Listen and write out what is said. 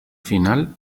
final